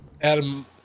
Adam